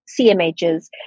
CMHs